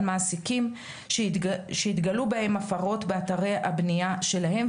מעסיקים שיתגלו בהם הפרות באתרי הבניה שלהם.